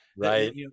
Right